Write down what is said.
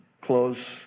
close